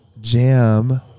jam